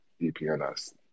EPNS